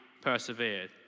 persevered